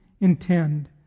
intend